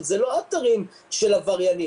זה לא אתרים של עבריינים.